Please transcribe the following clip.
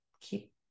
keep